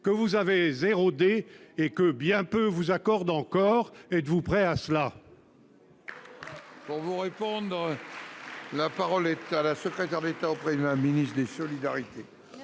que vous avez érodée et que bien peu vous accordent encore. Y êtes-vous prêts ?